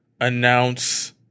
announce